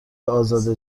ازاده